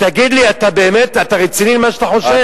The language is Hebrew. תגיד לי, אתה רציני במה שאתה חושב?